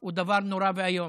הוא דבר נורא ואיום.